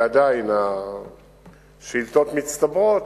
ועדיין השאילתות מצטברות,